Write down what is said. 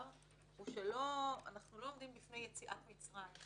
היא שאנחנו לא עומדים בפני יציאת מצרים.